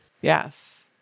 Yes